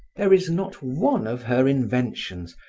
there is not one of her inventions,